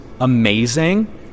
amazing